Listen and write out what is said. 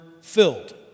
filled